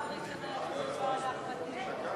ההצעה להעביר את הצעת חוק התפזרות הכנסת השמונה-עשרה,